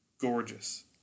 gorgeous